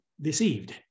deceived